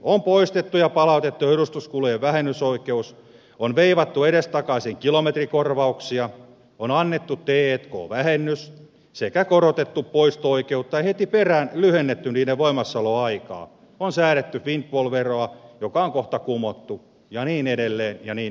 on poistettu ja palautettu edustuskulujen vähennysoikeus on veivattu edestakaisin kilometrikorvauksia on annettu t k vähennys sekä korotettu poisto oikeutta ja heti perään lyhennetty niiden voimassaoloaikaa on säädetty windfall veroa joka on kohta kumottu ja niin edelleen ja niin edelleen